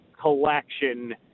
collection